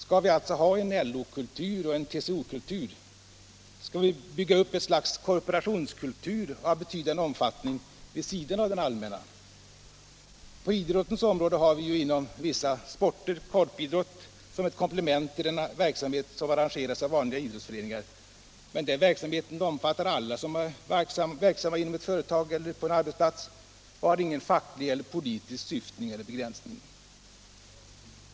Skall vi alltså ha en LO-kultur och en TCO-kultur? Skall vi bygga upp ett slags korporationskultur av betydande omfattning vid sidan av den allmänna? På idrottens område har vi ju inom vissa sporter korpidrott som ett komplement till den verksamhet som arrangeras av vanliga idrottsföreningar, men den verksamheten omfattar alla som är verksamma inom ett företag eller på en arbetsplats och har ingen facklig eller politisk syftning eller begränsning.